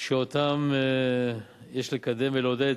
שאותן יש לקדם ולעודד,